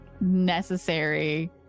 necessary